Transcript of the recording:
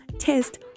test